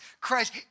Christ